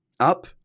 Up